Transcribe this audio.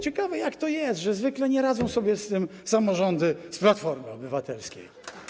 Ciekawe, jak to jest, że zwykle nie radzą sobie z tym samorządy z Platformy Obywatelskiej.